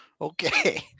okay